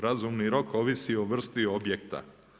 Razumni rok ovisi o vrsti objekta.